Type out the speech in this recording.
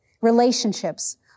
relationships